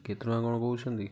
କେତେ ଟଙ୍କା କ'ଣ କହୁଛନ୍ତି